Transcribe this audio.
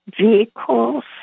vehicles